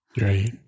Right